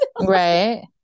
Right